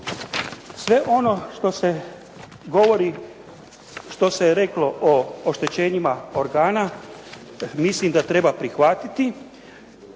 Sve ono što se govori, što se reklo o oštećenjima organa mislim da treba prihvatiti